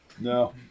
No